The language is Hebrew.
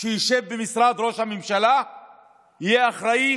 שיושב במשרד ראש הממשלה יהיה אחראי